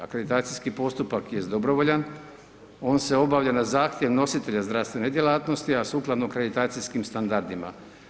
Akreditacijski postupak je dobrovoljan, on se obavlja na zahtjev nositelja zdravstvene djelatnosti a sukladno akreditacijskim standardima.